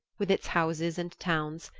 with its houses and towns,